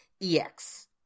EX